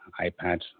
iPad